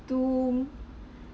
two